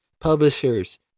Publishers